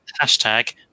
hashtag